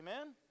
amen